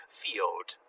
field